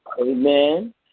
Amen